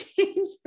change